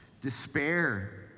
Despair